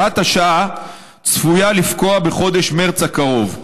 הוראת השעה צפויה לפקוע בחודש מרס הקרוב.